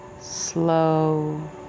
slow